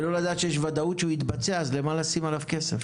ולא לדעת שיש ודאות שהוא יתבצע אז למה לשים עליו כסף?